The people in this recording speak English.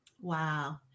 Wow